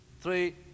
three